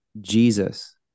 Jesus